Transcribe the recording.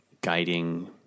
guiding